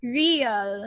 real